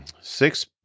Six